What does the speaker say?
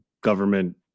government